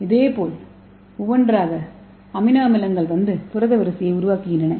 எனவே இதேபோல் ஒவ்வொன்றாக அமினோ அமிலங்கள் வந்து புரத வரிசையை உருவாக்குகின்றன